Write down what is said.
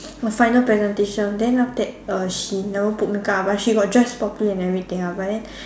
for final presentation then after that uh she never put makeup ah but she got dressed properly and everything ah but then